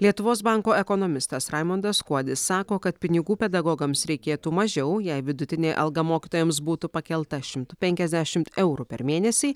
lietuvos banko ekonomistas raimundas kuodis sako kad pinigų pedagogams reikėtų mažiau jei vidutinė alga mokytojams būtų pakelta šimtu penkiasdešimt eurų per mėnesį